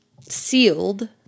sealed